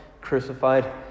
crucified